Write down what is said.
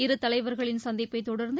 இரு தலைவா்களின் சந்திப்பை தொடா்ந்து